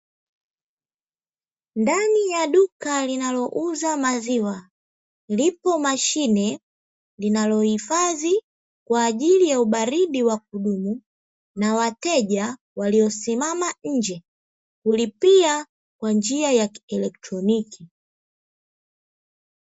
Ndani ya duka linalouza maziwa, lipo mashine linalohifadhi kwa ajili ya ubaridi wa kudumu, na wateja waliosimama nje kulipia kwa njia ya kieletroniki.